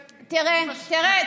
תראה,